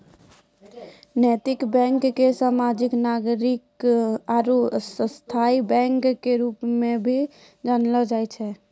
नैतिक बैंक के सामाजिक नागरिक आरू स्थायी बैंक के रूप मे भी जानलो जाय छै